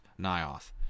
Nioth